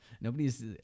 Nobody's